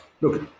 Look